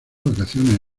vacaciones